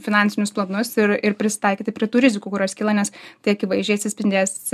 finansinius planus ir ir prisitaikyti prie tų rizikų kurios kyla nes tai akivaizdžiai atsispindės